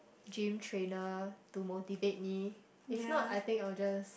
gym trainer to motivate me if not I think I will just